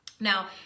Now